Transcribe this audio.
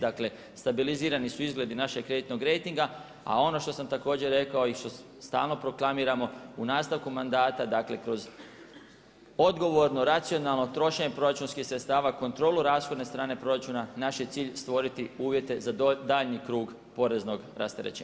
Dakle, stabilizirani su izgledi našeg kreditnog rejtinga, a ono što sam također rekao i što stalno proklamiramo, u nastavku manda, dakle, kroz odgovorno racionalno trošenje proračunskih sredstava, kontrolu rashodne strane proračuna, naš je cilj stvoriti uvjete za daljnji krug poreznog rasterećenja.